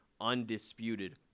undisputed